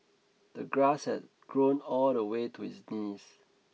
the grass had grown all the way to his knees